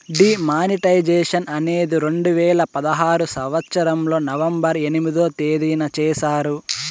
D మానిస్ట్రేషన్ అనేది రెండు వేల పదహారు సంవచ్చరంలో నవంబర్ ఎనిమిదో తేదీన చేశారు